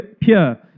pure